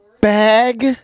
bag